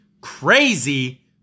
crazy